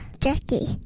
Jackie